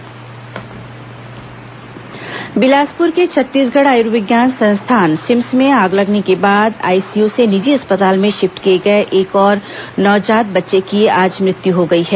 CIMS बच्चे मौत बिलासपुर के छत्तीसगढ़ आयुर्विज्ञान संस्थान सिम्स में आग लगने के बाद आईसीयू से निजी अस्पताल में शिफ्ट किए गए एक और नवजात बच्चे की आज मृत्यु हो गई है